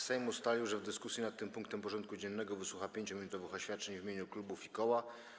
Sejm ustalił, że w dyskusji nad tym punktem porządku dziennego wysłucha 5-minutowych oświadczeń w imieniu klubów i koła.